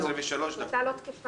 ההחלטה לא בתוקף